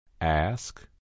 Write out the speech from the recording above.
Ask